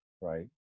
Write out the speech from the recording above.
right